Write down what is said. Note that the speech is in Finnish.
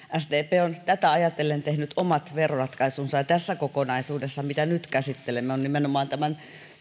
sdp on tätä ajatellen tehnyt omat veroratkaisunsa ja tässä kokonaisuudessa mitä nyt käsittelemme on nimenomaan tämän